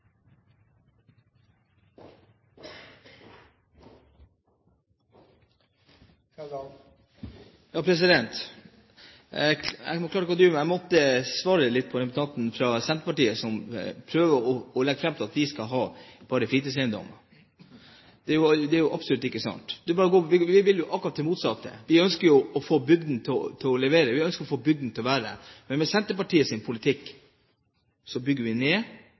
Jeg klarte ikke å dy meg, jeg måtte svare litt til representanten fra Senterpartiet, som prøver å legge det fram slik at vi bare skal ha fritidseiendommer. Det er jo absolutt ikke sant. Vi vil jo akkurat det motsatte, vi ønsker å få bygdene til å levere, vi ønsker at bygdene skal være der. Men med Senterpartiets politikk bygger vi ned,